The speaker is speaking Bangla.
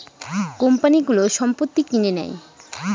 কোম্পানিগুলো সম্পত্তি কিনে নেয়